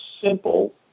simple